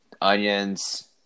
onions